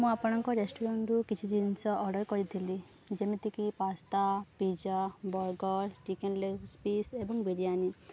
ମୁଁ ଆପଣଙ୍କ ରେଷ୍ଟୁରାଣ୍ଟରୁ କିଛି ଜିନିଷ ଅର୍ଡର୍ କରିଥିଲି ଯେମିତିକି pasta pizza burger chicken leg piece ଏବଂ ବିରିୟାନୀ